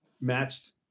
matched